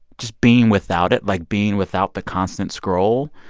just being without it, like, being without the constant scroll,